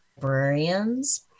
librarians